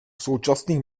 současných